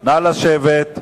נא לשבת.